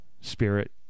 spirit